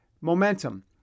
momentum